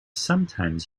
sometimes